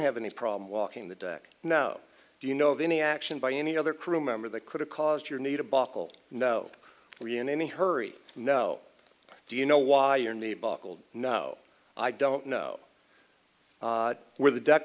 have any problem walking the deck no do you know of any action by any other crew member that could have caused your need to buckle no we in any hurry no do you know why your need buckled no i don't know where the deck